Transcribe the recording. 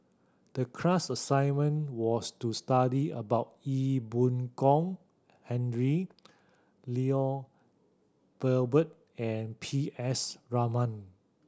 the class assignment was to study about Ee Boon Kong Henry Lloyd Valberg and P S Raman